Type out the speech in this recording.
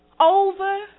over